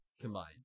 combined